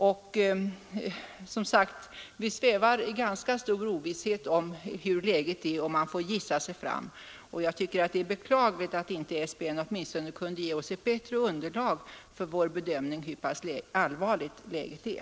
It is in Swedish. Vi svävar som sagt i ganska stor ovisshet om hurudant läget är. Man får gissa sig fram. Jag tycker det är beklagligt att SBN inte kan ge oss åtminstone ett bättre underlag för vår bedömning av hur pass allvarligt läget är.